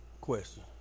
Question